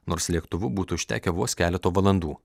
nors lėktuvu būtų užtekę vos keleto valandų